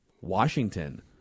Washington